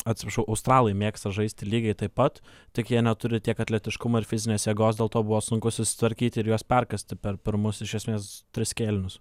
atsiprašau australai mėgsta žaisti lygiai taip pat tik jie neturi tiek atletiškumo ir fizinės jėgos dėl to buvo sunku susitvarkyti ir juos perkąsti per pirmus iš esmės tris kėlinius